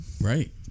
right